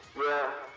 were